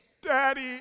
Daddy